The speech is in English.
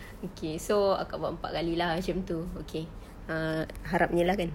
okay so akak buat empat kali lah macam itu okay ah harapnya lah kan